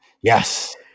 Yes